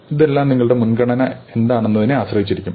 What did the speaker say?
ഇതെല്ലാം നിങ്ങളുടെ മുൻഗണന എന്താണെന്നതിനെ ആശ്രയിച്ചിരിക്കുന്നു